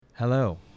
Hello